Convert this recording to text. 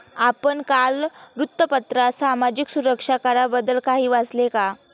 आपण काल वृत्तपत्रात सामाजिक सुरक्षा कराबद्दल काही वाचले का?